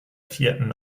vierten